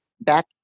back